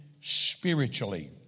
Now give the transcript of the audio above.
spiritually